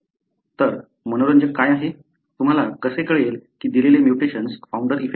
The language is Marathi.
तर मनोरंजक काय आहे तुम्हाला कसे कळेल की दिलेले म्युटेशन्स फाऊंडर इफेक्टमुळे होते